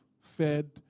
fed